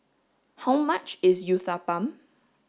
how much is Uthapam